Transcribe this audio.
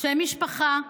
שם משפחה,